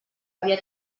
havia